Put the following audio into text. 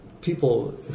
people